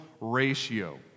ratio